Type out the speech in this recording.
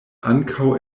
ankaŭ